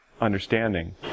understanding